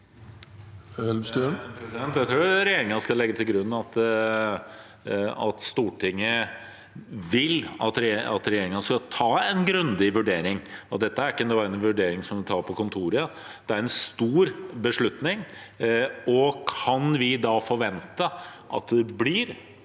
Jeg tror regjeringen skal legge til grunn at Stortinget vil at regjeringen skal ta en grundig vurdering, og dette er ikke en vurdering man tar på kontoret, det er en stor beslutning. Kan vi da forvente at det blir